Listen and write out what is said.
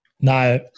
No